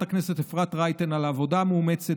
הכנסת אפרת רייטן על העבודה המאומצת,